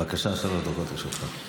בבקשה, שלוש דקות לרשותך.